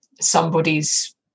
somebody's